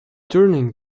turning